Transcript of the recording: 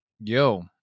Yo